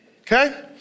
Okay